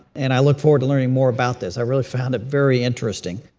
and i look forward to learning more about this. i really found it very interesting.